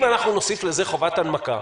אם אנחנו נוסיף לזה חובת הנמקה,